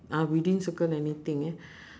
ah we didn't circle anything yeah